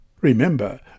Remember